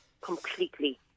completely